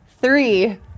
three